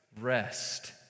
rest